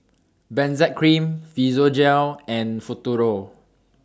Benzac Cream Physiogel and Futuro